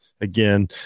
again